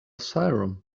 cairum